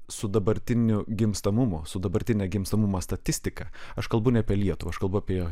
su dabartiniu gimstamumo su dabartine gimstamumo statistika aš kalbu ne apie lietuvą aš kalbu apie